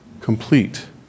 complete